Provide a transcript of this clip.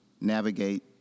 navigate